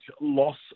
loss